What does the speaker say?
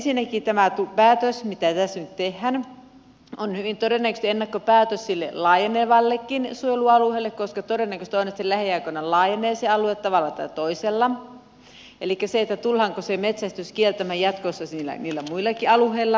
ensinnäkin tämä päätös mitä tässä nyt tehdään on hyvin todennäköisesti ennakkopäätös sille laajenevallekin suojelualueelle koska todennäköistä on että se alue lähiaikoina laajenee tavalla tai toisella elikkä tullaanko se metsästys kieltämään jatkossa niillä muillakin alueilla ynnä muuta